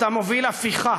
אתה מוביל הפיכה,